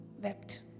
wept